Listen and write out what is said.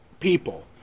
people